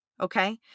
Okay